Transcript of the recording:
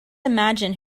imagine